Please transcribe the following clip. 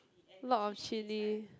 lot of chili